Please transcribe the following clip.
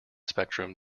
spectrum